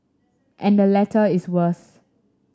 and the latter is worse